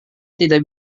tidak